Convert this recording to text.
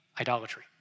idolatry